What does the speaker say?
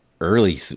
early